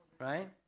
right